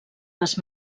les